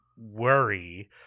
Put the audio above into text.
worry